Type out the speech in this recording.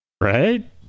Right